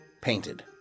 painted